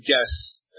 guess